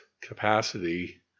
capacity